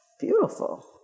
Beautiful